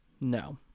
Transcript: No